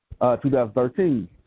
2013